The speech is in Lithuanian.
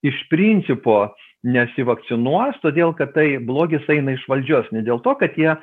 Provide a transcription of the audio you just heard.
iš principo nesivakcinuos todėl kad tai blogis eina iš valdžios ne dėl to kad jie